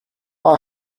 are